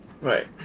Right